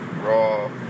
raw